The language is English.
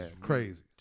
crazy